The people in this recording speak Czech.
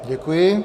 Děkuji.